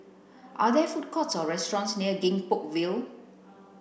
are there food courts or restaurants near Gek Poh Ville